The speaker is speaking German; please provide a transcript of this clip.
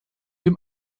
dem